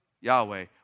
Yahweh